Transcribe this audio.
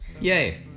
Yay